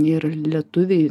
ir lietuviai